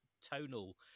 tonal